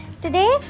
today